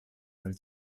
del